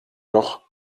noch